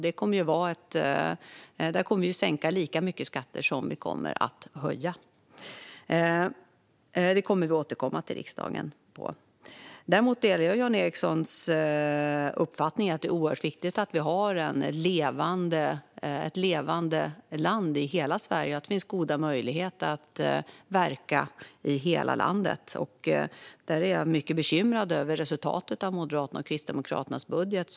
Vi kommer att sänka lika mycket skatter som vi kommer att höja. Vi återkommer till riksdagen när det gäller det. Jag delar däremot Jan Ericsons uppfattning att det är oerhört viktigt att hela Sverige ska leva och att det ska finnas goda möjligheter att verka i hela landet. Jag är därför mycket bekymrad över resultatet av Moderaternas och Kristdemokraternas budget.